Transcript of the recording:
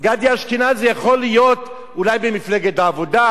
גבי אשכנזי יכול להיות אולי במפלגת העבודה,